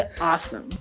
awesome